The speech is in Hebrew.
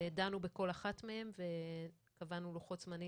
דנו בכל אחת מהן וקבענו לוחות זמנים